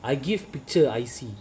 I give picture I see